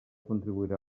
contribuirà